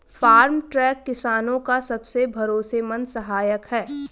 farm truck किसानो का सबसे भरोसेमंद सहायक है